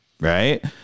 Right